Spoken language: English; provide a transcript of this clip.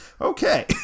okay